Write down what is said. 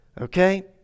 okay